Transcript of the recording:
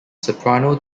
soprano